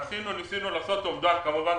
עשינו אומדן כמובן,